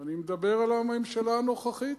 אני מדבר על הממשלה הנוכחית.